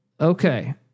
Okay